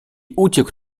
uciekł